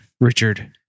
Richard